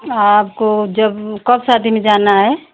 आपको जब कब शादी में जाना है